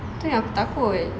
itu yang aku takut